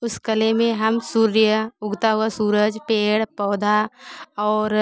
उस कले में हम सूर्य उगता हुआ सूरज पेड़ पौधा और